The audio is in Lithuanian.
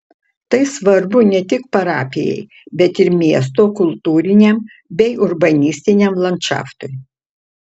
tai svarbu ne tik parapijai bet ir miesto kultūriniam bei urbanistiniam landšaftui